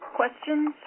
questions